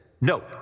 no